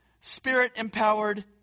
spirit-empowered